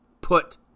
put